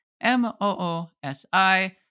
M-O-O-S-I